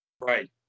Right